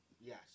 Yes